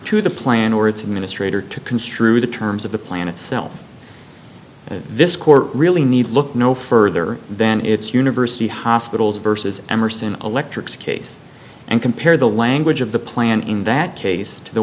to the plan or its minister to construe the terms of the plan itself and this court really need look no further than its university hospitals versus emerson electric's case and compare the language of the plan in that case to the